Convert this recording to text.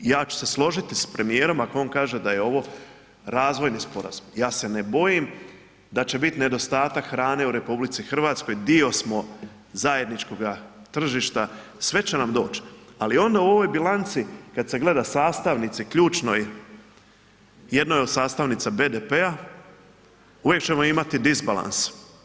Ja ću se složiti s premijerom ako je ovo razvojni sporazum, ja se ne bojim da će biti nedostatak hrane u RH, dio smo zajedničkoga tržišta, sve će nam doći, ali onda u ovoj bilanci, kad se gleda sastavnici ključnoj, jednoj od sastavnica BDP-a, uvijek ćemo imati disbalans.